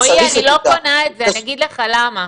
רועי, אני לא קונה את זה, אני אגיד לך למה.